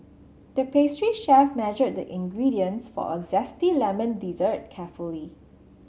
the pastry chef measured the ingredients for a zesty lemon dessert carefully